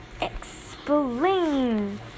Explain